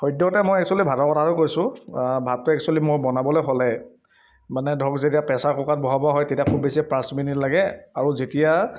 সদ্যহতে মই এক্সোৱেলি ভাতৰ কথাটো কৈছোঁ ভাতটো এক্সোৱেলি মোৰ বনাবলৈ হ'লে মানে ধৰক যেতিয়া প্ৰেছাৰ কুকাৰত বহাব হয় তেতিয়া খুব বেছি পাঁচ মিনিট লাগে আৰু যেতিয়া